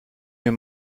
mir